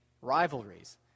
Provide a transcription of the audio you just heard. rivalries